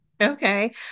Okay